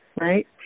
Right